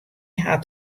hat